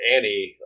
Annie